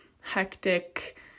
hectic